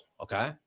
Okay